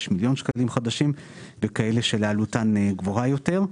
מיליון שקלים חדשים לדירות שעלותן גבוהה יותר.